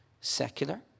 secular